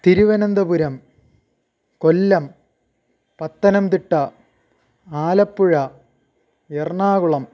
Thiruvananthapuram Kollam Pathanamthitta Alappuzha Ernakulam